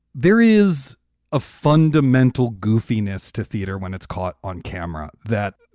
there is a fundamental goofiness to theater when it's caught on camera that,